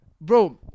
Bro